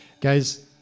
guys